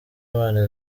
imana